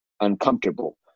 uncomfortable